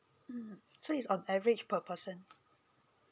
mm so is on average per person